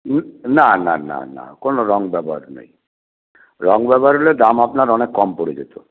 না না না না কোন রং ব্যবহার নেই রং ব্যবহার হলে দাম আপনার অনেক কম পরে যেতো